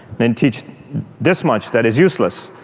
then teach this much that is useless.